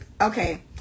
Okay